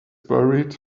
buried